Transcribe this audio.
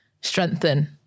strengthen